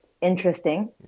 interesting